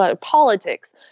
politics